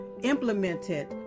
implemented